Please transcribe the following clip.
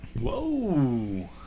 Whoa